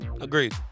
Agreed